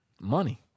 Money